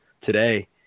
today